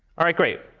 all right, great.